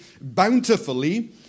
bountifully